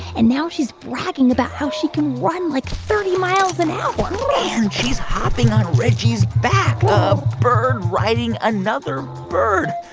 and now she's bragging about how she can run, like, thirty miles an hour and she's hopping on reggie's back, a bird riding another bird.